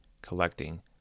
collecting